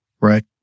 right